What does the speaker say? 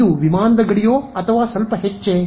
ಇದು ವಿಮಾನದ ಗಡಿಯೋ ಅಥವಾ ಸ್ವಲ್ಪ ಹೆಚ್ಚೇ